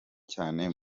cyane